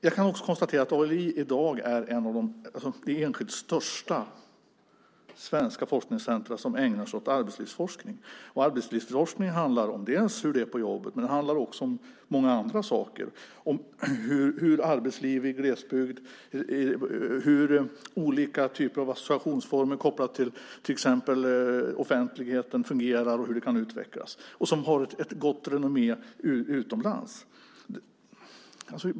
Jag kan också konstatera att ALI i dag är ett av de enskilt största svenska forskningscentrum som ägnar sig åt arbetslivsforskning. Arbetslivsforskning handlar om hur det är på jobbet men också om många andra saker - om arbetslivet i glesbygd och om hur olika typer av associationsformer kopplade till exempel till offentligheten fungerar och hur de kan utvecklas - och ALI har gott renommé utomlands.